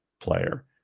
player